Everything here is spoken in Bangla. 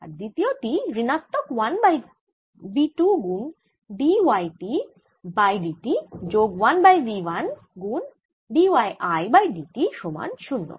আর দ্বিতীয় টি ঋণাত্মক 1 বাই v 2 গুন d y T by dt যোগ 1 বাই v 1 গুন d y I by d t সমান 0